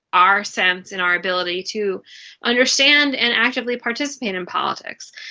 our sense and our ability to understand and actively participate in politics.